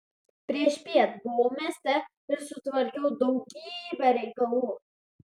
priešpiet buvau mieste ir sutvarkiau daugybę reikalų